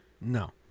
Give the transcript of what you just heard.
No